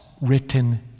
written